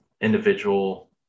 individual